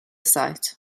site